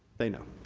they know.